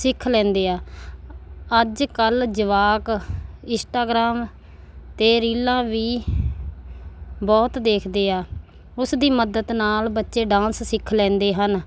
ਸਿੱਖ ਲੈਂਦੇ ਆ ਅੱਜ ਕੱਲ੍ਹ ਜਵਾਕ ਇੰਸਟਾਗਰਾਮ 'ਤੇ ਰੀਲਾਂ ਵੀ ਬਹੁਤ ਦੇਖਦੇ ਆ ਉਸ ਦੀ ਮਦਦ ਨਾਲ ਬੱਚੇ ਡਾਂਸ ਸਿੱਖ ਲੈਂਦੇ ਹਨ